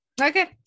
Okay